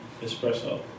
espresso